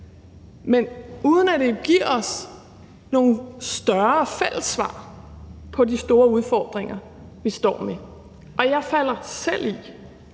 men uden at det giver os nogle større fælles svar på de store udfordringer, vi står med. Jeg falder selv i.